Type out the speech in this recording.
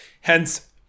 hence